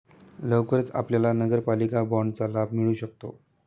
लवकरच आपल्याला नगरपालिका बाँडचा लाभ मिळू शकतो